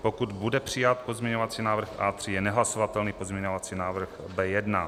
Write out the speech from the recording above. Pokud bude přijat pozměňovací návrh A3, je nehlasovatelný pozměňovací návrh B1.